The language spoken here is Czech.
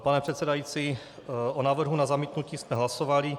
Pane předsedající, o návrhu na zamítnutí jsme hlasovali.